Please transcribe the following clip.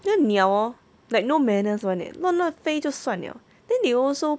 这鸟 hor like no manners [one] eh 鸾鸾飞就算了 then they also